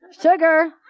Sugar